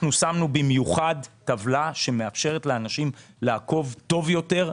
שמנו במיוחד טבלה שמאפשרת לאנשים לעקוב טוב יותר,